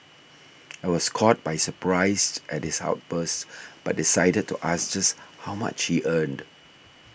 I was caught by surprise at his outburst but decided to ask just how much he earned